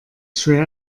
schwer